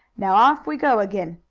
now off we go again,